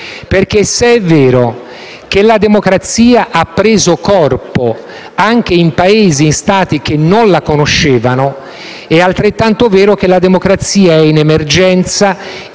se è vero che la democrazia ha preso corpo anche in Paesi e in Stati che non la conoscevano, è altrettanto vero che la democrazia è in emergenza